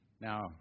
Now